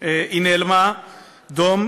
היא נאלמה דום,